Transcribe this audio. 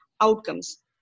outcomes